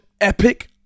epic